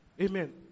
Amen